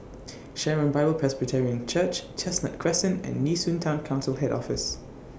Sharon Bible Presbyterian Church Chestnut Crescent and Nee Soon Town Council Head Office